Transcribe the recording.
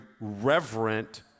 reverent